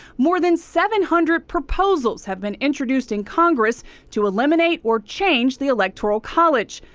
more than seven hundred proposals have been introduce inned congress to eliminate or change the electoral college.